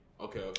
Okay